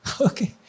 Okay